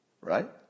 right